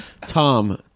Tom